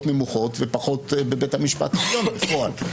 נמוכות ופחות בבית המשפט העליון בפועל.